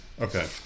Okay